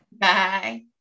Bye